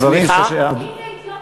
אם זה אתיופים,